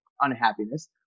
unhappiness